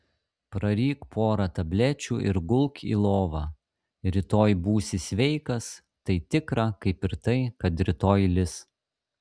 praryk porą tablečių ir gulk į lovą rytoj būsi sveikas tai tikra kaip ir tai kad rytoj lis